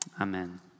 amen